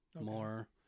more